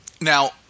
now